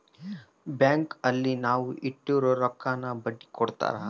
bank ಅಲ್ಲಿ ನಾವ್ ಇಟ್ಟಿರೋ ರೊಕ್ಕಗೆ ಬಡ್ಡಿ ಕೊಡ್ತಾರ